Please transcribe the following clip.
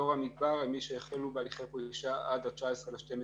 דור המדבר הם מי שהחלו בהליכי פרישה עד 19.12.2017,